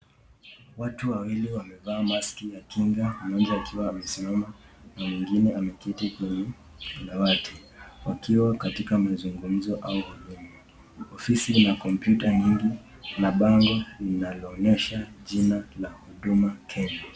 Watu wawili wamevaa mask,(cs), ya kinga moja akiwa amesimama na mwingine ameketi kwenye dawati wakiwa mazungumzo . Ofisi inacomputer,(cs), nyingi na bango linaloonyesha jina la huduma Kenya.